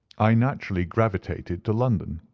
i naturally gravitated to london,